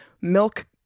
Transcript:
milk